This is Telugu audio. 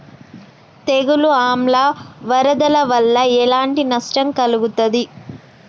తెగులు ఆమ్ల వరదల వల్ల ఎలాంటి నష్టం కలుగుతది?